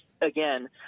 again